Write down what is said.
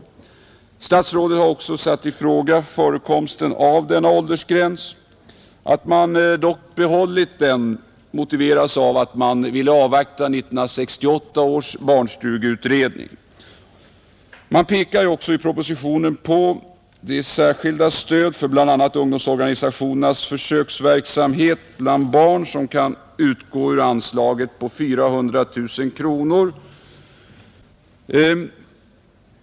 Statsrådet har också satt i fråga förekomsten av denna åldersgräns. Att man dock behållit den motiveras av att man ville avvakta 1968 års barnstugeutredning. Man pekar också i propositionen på det särskilda stöd för bl.a. ungdomsorganisationernas försöksverksamhet bland barn som kan utgå ur anslaget Bidrag till ungdomsorganisationernas centrala verksamhet på 400 000 kronor.